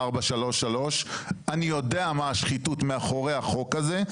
433. אני יודע מה השחיתות מאחורי החוק הזה.